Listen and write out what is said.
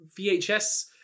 VHS